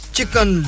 Chicken